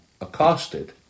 accosted